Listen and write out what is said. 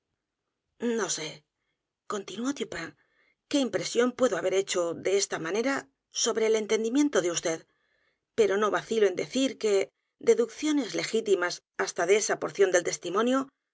no sé continuó dupin qué impresión puedo haber hecho de esta manera sobre el entendimiento de v d pero novacilo en decir que deducciones legítimas hasta de esa porción del testimonio la